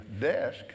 desk